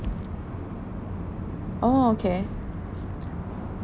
oh okay